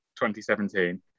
2017